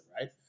right